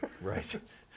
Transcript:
right